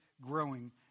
growing